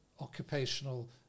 occupational